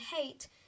hate